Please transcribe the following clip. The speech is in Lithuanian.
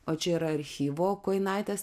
o čia yra archyvo kojinaitės